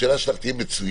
השאלה שלך תהיה מצוינת.